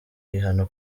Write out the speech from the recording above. bihano